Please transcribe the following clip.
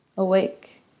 awake